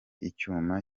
icyuma